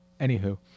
anywho